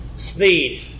Sneed